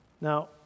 Now